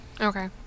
Okay